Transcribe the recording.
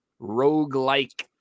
roguelike